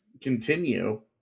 continue